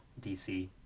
DC